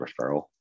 referral